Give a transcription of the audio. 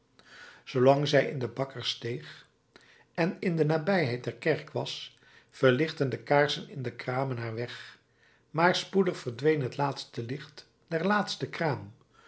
zoolang zij in de bakkerssteeg en in de nabijheid der kerk was verlichtten de kaarsen in de kramen haar weg maar spoedig verdween het laatste licht der laatste kraam